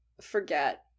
forget